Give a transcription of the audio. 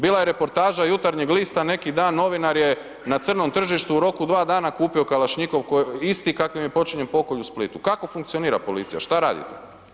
Bila je reportaža Jutarnjeg lista, neki dan novinar je na crnom tržištu u roku dva dana kupio kalašnjikov isti kakvim je počinjen pokolj u Splitu, kako funkcionira policija, šta radi?